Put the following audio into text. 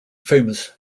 famous